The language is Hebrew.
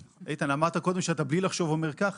אמרת קודם שבלי לחשוב אתה אומר כך